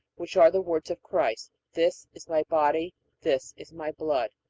which are the words of christ this is my body this is my blood.